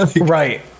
Right